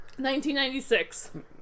1996